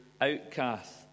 outcasts